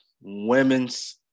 women's